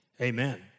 Amen